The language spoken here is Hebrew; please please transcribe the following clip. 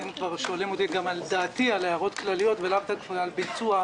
אם כבר שואלים אותי גם על דעתי על ההערות הכלליות ולאו דווקא על ביצוע,